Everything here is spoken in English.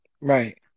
Right